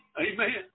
Amen